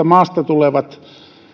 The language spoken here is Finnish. maasta tulevat